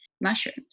mushrooms